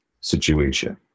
situation